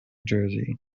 jersey